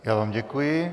Já vám děkuji.